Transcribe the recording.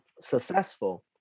successful